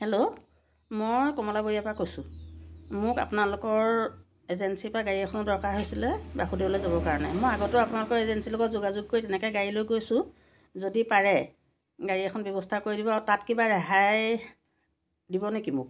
hello মই কমলাবৰীয়াৰপৰা কৈছোঁ মোক আপোনালোকৰ এজেঞ্চীৰপৰা গাড়ী এখন দৰকাৰ হৈছিলে বাসুদেৱলৈ যাবৰ কাৰণে মই আগতেও আপোনালোকৰ এজেঞ্চীৰ লগত যোগাযোগ কৰি তেনেকৈ গাড়ী লৈ গৈছোঁ যদি পাৰে গাড়ী এখন ব্যৱস্থা কৰি দিব আৰু তাত কিবা ৰেহাই দিব নেকি মোক